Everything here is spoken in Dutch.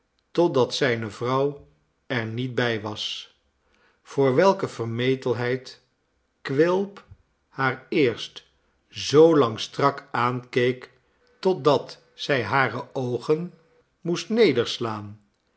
totdat zijne vrouw er niet bij was voor welke vermetelheid quilp haar eerst zoolang strak aankeek totdat zij hare oogen moest